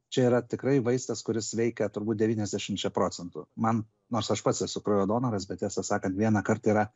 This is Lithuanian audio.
čia yra tikrai vaistas kuris veikia turbūt devyniasdešimčia procentų man nors aš pats esu kraujo donoras bet tiesą sakant vieną kartą yra